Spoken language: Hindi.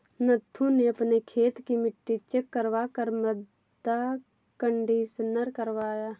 नथु ने अपने खेत की मिट्टी चेक करवा कर मृदा कंडीशनर करवाया